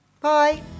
Bye